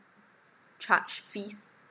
charge fees